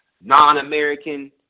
non-American